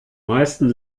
meisten